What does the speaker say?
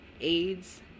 AIDS